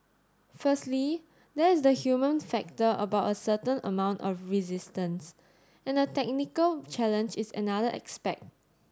firstly there is the human factor about a certain amount of resistance and the technical challenge is another aspect